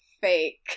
fake